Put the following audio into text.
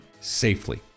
safely